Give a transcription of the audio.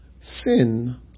sin